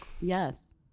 Yes